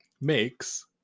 makes